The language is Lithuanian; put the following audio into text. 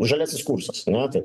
žaliasis kursas na tai